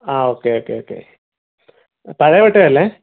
ആ അല്ലേ okay okay okay പഴയ പട്ടയം അല്ലേ